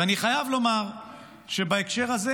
ואני חייב לומר שבהקשר הזה